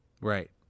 Right